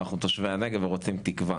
אנחנו תושבי הנגב ורוצים תקווה.